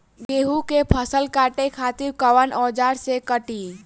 गेहूं के फसल काटे खातिर कोवन औजार से कटी?